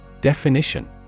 Definition